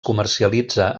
comercialitza